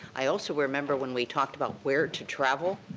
i also remember when we talked about where to travel.